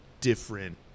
different